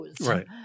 Right